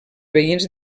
veïns